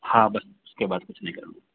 हाँ बस उसके बाद कुछ नहीं कराना